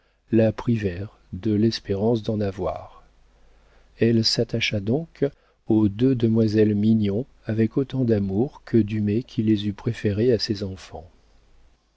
la privèrent de l'espérance d'en avoir elle s'attacha donc aux deux demoiselles mignon avec autant d'amour que dumay qui les eût préférées à ses enfants